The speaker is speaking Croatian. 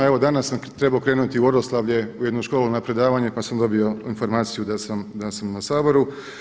Evo danas sam trebao krenuti u Oroslavlje u jednu školu na predavanje, pa sam dobio informaciju da sam na Saboru.